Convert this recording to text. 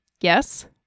Yes